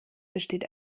besteht